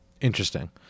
Interesting